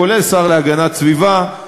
כולל שר להגנת סביבה,